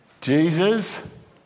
Jesus